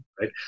Right